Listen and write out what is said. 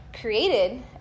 created